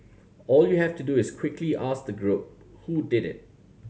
all you have to do is quickly ask the group who did it